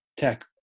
tech